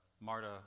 Marta